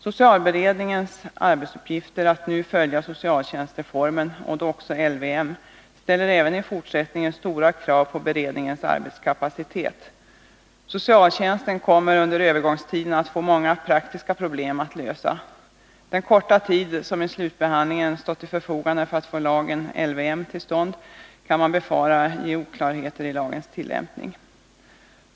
Socialberedningens uppgift att nu följa socialtjänstreformen, och då också LVM, ställer även i fortsättningen stora krav på beredningens arbetskapacitet. Socialtjänsten kommer under övergångstiden att få många praktiska problem att lösa. Den korta tid som vid slutbehandlingen har stått till förfogande för att få LVM till stånd kan befaras medföra oklarheter vid lagens tillämpning.